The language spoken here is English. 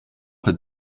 had